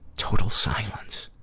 total silence.